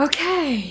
Okay